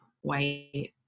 white